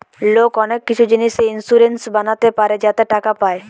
লোক অনেক কিছু জিনিসে ইন্সুরেন্স বানাতে পারে যাতে টাকা পায়